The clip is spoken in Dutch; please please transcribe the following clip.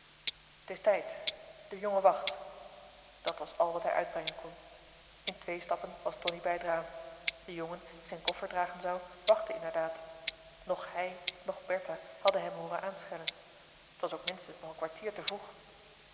t is tijd de jongen wacht dat was al wat hij uitbrengen kon in twee stappen was tonie bij het raam de jongen die zijn koffer dragen zou wachtte inderdaad noch hij noch bertha hadden hem hooren aanschellen t was ook minstens nog een kwartier te vroeg